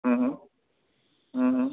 হুম হুম হুম হুম